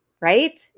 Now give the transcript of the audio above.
Right